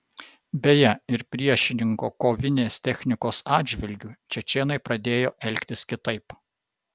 beje ir priešininko kovinės technikos atžvilgiu čečėnai pradėjo elgtis kitaip